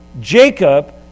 Jacob